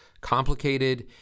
complicated